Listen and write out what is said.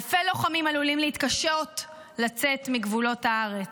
אלפי לוחמים עלולים להתקשות לצאת מגבולות הארץ,